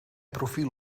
profiel